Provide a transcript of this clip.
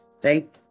thank